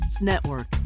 network